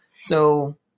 So-